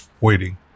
waiting